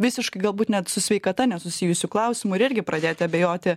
visiškai galbūt net su sveikata nesusijusių klausimų ir irgi pradėti abejoti